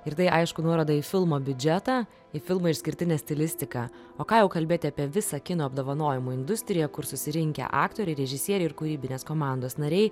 ir tai aišku nuoroda į filmo biudžetą į filmą išskirtinę stilistiką o ką jau kalbėti apie visą kino apdovanojimų industriją kur susirinkę aktoriai režisieriai ir kūrybinės komandos nariai